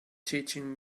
teaching